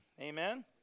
amen